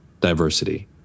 diversity